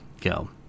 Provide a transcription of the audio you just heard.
go